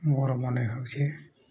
ମୋର ମନେ ହେଉଛି